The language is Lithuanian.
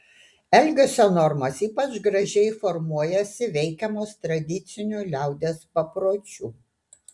elgesio normos ypač gražiai formuojasi veikiamos tradicinių liaudies papročių